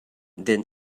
then